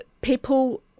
people